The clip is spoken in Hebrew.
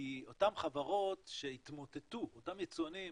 כי אותן חברות שהתמוטטו, אותם יצואנים